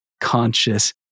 conscious